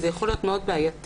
זה יכול להיות מאוד בעייתי.